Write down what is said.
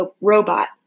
robot